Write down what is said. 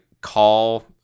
call